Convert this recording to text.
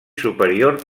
superior